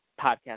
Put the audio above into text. Podcast